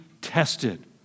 tested